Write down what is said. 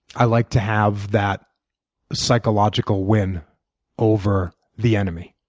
i like to have that psychological win over the enemy.